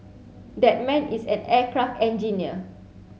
that man is an aircraft engineer